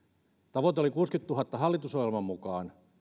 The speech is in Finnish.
tavoite oli kuudenkymmenentuhannen hallitusohjelman mukaan